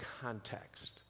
context